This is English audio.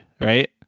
right